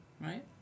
Right